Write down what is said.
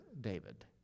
David